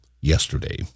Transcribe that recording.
yesterday